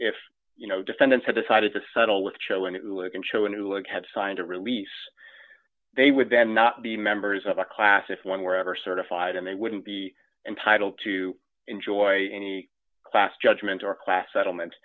if you know defendants have decided to settle with showing and showing who would have signed a release they would then not be members of a class if one were ever certified and they wouldn't be entitled to enjoy any class judgement or class settlement